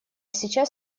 сейчас